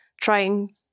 trying